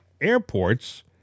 airports